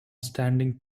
standing